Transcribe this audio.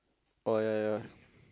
oh ya ya ya